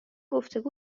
گفتگو